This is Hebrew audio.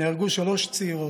נהרגו שלוש צעירות,